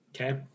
Okay